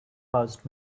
passed